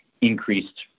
increased